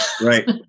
Right